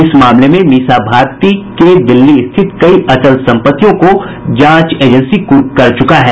इस मामले में मीसा भारती दिल्ली स्थित कई अचल संपत्तियों को जांच एजेंसी कुर्क कर चुका है